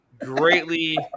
greatly